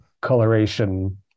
coloration